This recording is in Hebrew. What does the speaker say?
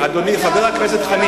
דרום-אפריקה.